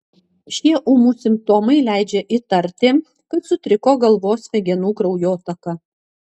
šie ūmūs simptomai leidžia įtarti kad sutriko galvos smegenų kraujotaka